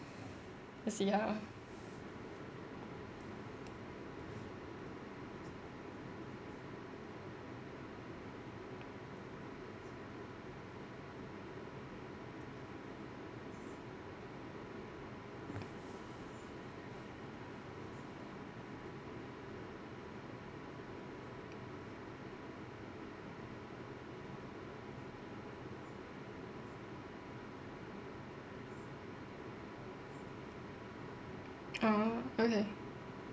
will see ah ah okay